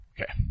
Okay